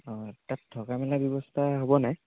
অঁ তাত থকা মেলা ব্যৱস্থা হ'ব নাই